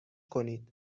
کنید